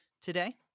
today